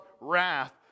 wrath